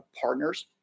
partners